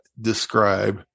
describe